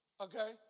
Okay